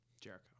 Jericho